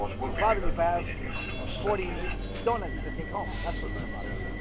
it's gonna bother me if i have forty doughnuts to take home. that's what's gonna bother me